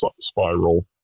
spiral